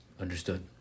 Understood